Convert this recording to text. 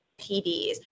PDs